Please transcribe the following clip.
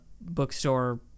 bookstore